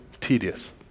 tedious